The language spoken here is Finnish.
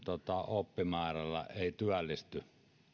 oppimäärällä ei työllisty